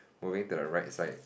moving to the right side